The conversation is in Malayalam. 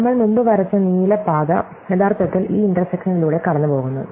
നമ്മൾ മുമ്പ് വരച്ച നീല പാത യഥാർത്ഥത്തിൽ ഈ ഇന്റർസെക്ഷനിലുടെ കടന്നുപോകുന്നു